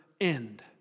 end